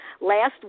last